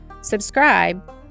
subscribe